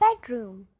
bedroom